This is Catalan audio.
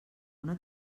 una